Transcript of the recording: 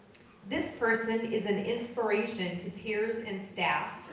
this person is an inspiration to peers and staff,